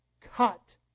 cut